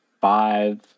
five